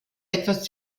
etwas